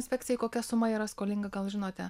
inspekcijai kokia suma yra skolinga gal žinote